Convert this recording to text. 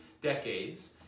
decades